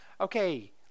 okay